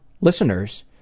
listeners